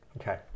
okay